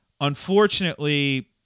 Unfortunately